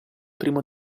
primo